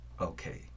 okay